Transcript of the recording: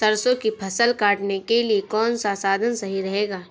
सरसो की फसल काटने के लिए कौन सा साधन सही रहेगा?